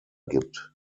gibt